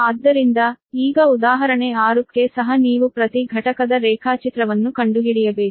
ಆದ್ದರಿಂದ ಈಗ ಉದಾಹರಣೆಗ 6 ಕ್ಕೆ ಸಹ ನೀವು ಪ್ರತಿ ಘಟಕದ ರೇಖಾಚಿತ್ರವನ್ನು ಕಂಡುಹಿಡಿಯಬೇಕು